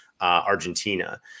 Argentina